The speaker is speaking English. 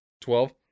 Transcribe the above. Twelve